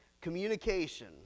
Communication